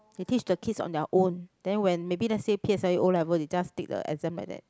they teach the kids on their own then when maybe lets say p_s_l_e O-level they just take the exam like that